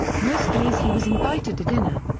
most days he was invited to dinner.